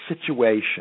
situation